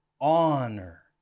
honor